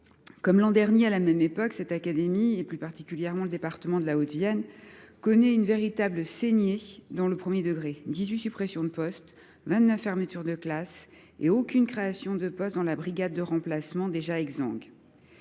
Comme l’an dernier à la même époque, cette académie – c’est plus particulièrement le cas dans le département de la Haute Vienne – subit une véritable saignée dans le premier degré : dix huit suppressions de postes, vingt neuf fermetures de classes et aucune création de poste dans la brigade de remplacement déjà exsangue.